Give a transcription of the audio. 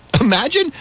Imagine